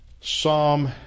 Psalm